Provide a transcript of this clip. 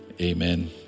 amen